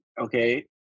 okay